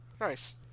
Nice